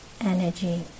energy